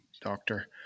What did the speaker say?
doctor